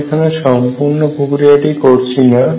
আমরা এখানে সম্পূর্ণ প্রক্রিয়াটি করছি না